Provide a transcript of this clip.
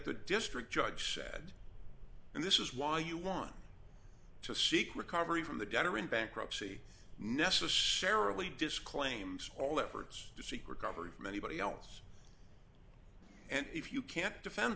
the district judge said and this is why you want to seek recovery from the debtor in bankruptcy necessarily disclaims all efforts to seek recovery from anybody else and if you can't defend